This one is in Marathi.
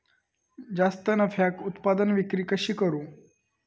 जास्त नफ्याक उत्पादन विक्री कशी करू?